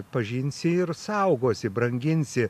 pažinsi ir saugosi branginsi